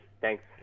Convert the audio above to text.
thanks